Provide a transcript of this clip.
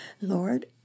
Lord